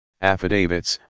affidavits